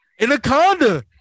Anaconda